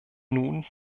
nun